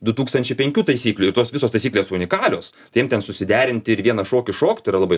du tūkstančiai penkių taisyklių ir tos visos taisyklės unikalios tai jiem ten susiderinti ir vieną šokį šokti yra labai